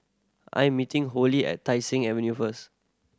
I'm meeting Holli at Tai Seng Avenue first